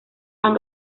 han